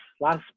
last